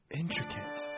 intricate